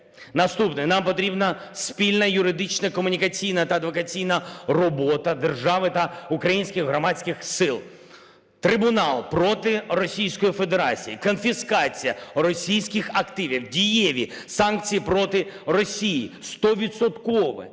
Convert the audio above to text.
Наступне. Нам потрібна спільна юридична комунікаційна та адвокаційна робота держави та українських громадських сил, трибунал проти Російської Федерації, конфіскація російських активів, дієві санкції проти Росії,